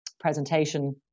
presentation